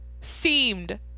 seemed